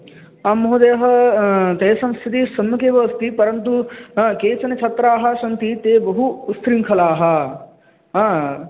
आं महोदय तेषां स्थितिः सम्यकेव अस्ति परन्तु केचनछात्राः सन्ति ते बहु उच्छृङ्खलाः हा